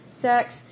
sex